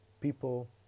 people